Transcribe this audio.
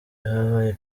wabaye